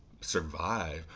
survive